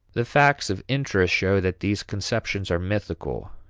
the facts of interest show that these conceptions are mythical.